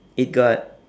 it got